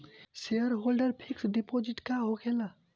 Shareholder fix deposit का होखे ला?